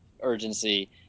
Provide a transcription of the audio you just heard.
urgency